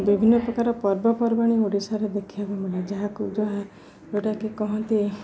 ବିଭିନ୍ନ ପ୍ରକାର ପର୍ବପର୍ବାଣି ଓଡ଼ିଶାରେ ଦେଖିବାକୁ ମିଳେ ଯାହାକୁ ଯାହା ଯେଉଁଟାକି କହନ୍ତି